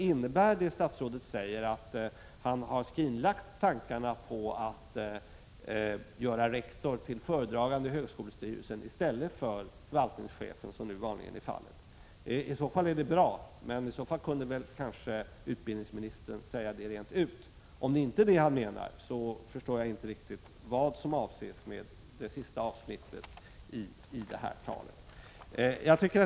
Innebär det som statsrådet säger att han har skrinlagt tankarna på att göra rektor till föredragande i högskolestyrelsen i stället för förvaltningschefen, som nu vanligen är fallet? Det är i så fall bra. Om så nu är fallet kunde väl utbildningsministern säga detta rent ut. Om det inte är detta han menar, förstår jag inte riktigt vad som avses i det sista avsnittet av interpellationssvaret.